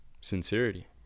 sincerity